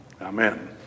Amen